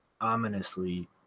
ominously